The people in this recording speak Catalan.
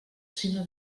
sinó